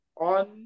on